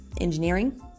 engineering